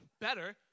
better